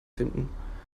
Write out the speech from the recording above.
finden